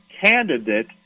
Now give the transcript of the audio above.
candidate